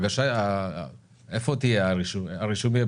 הרישום יהיה